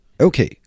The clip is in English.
Okay